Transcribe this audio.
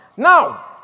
Now